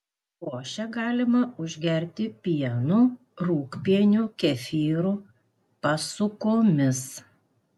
košę galima užgerti pienu rūgpieniu kefyru pasukomis